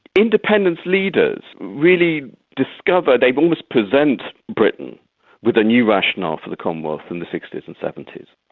independence leaders really discovered they'd almost present britain with a new rationale for the commonwealth in the sixties and seventies,